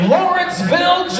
Lawrenceville